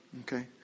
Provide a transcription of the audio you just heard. Okay